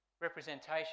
representation